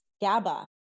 GABA